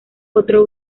otro